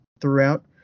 throughout